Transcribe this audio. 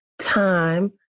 time